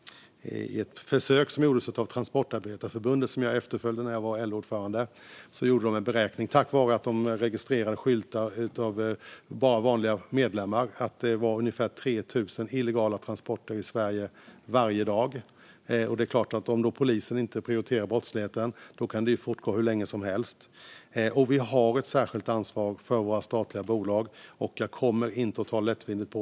I en undersökning som gjordes av Transportarbetareförbundet under min tid som LO-ordförande registrerades skyltar för vanliga medlemmar, och det beräknades då vara ungefär 3 000 illegala transporter i Sverige varje dag. Om polisen inte prioriterar denna brottslighet kan den givetvis pågå hur länge som helst. Vi har ett särskilt ansvar för våra statliga bolag, och jag kommer inte att ta lätt på det.